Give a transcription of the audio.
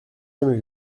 jamais